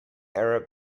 arab